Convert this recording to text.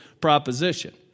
proposition